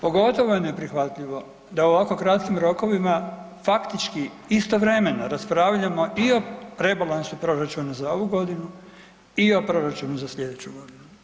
Pogotovo je neprihvatljivo da u ovako kratkim rokovima faktički istovremeno raspravljamo i o rebalansu proračuna za ovu godinu i o proračunu za slijedeću godinu.